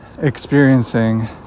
experiencing